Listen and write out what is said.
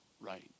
right